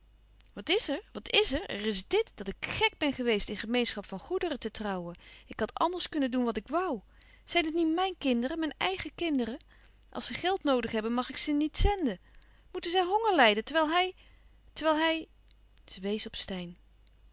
wat is er wat er is wat er is er is dit dat ik gèk ben geweest in gemeenschap van goederen te trouwen ik had anders kunnen doen louis couperus van oude menschen de dingen die voorbij gaan wat ik woû zijn het niet mijn kinderen mijn eigen kinderen als ze geld noodig hebben mag ik ze niet zenden moeten zij honger lijden terwijl hij terwijl hij ze wees op steyn